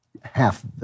Half